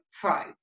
pro